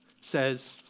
says